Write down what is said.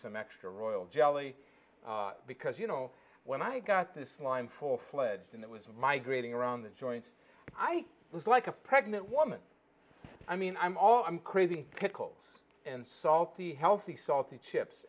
some extra royal jelly because you know when i got this line for fledged it was migrating around the joint i was like a pregnant woman i mean i'm all i'm crazy pickles and salty healthy salty chips